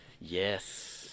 yes